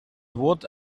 what